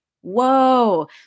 whoa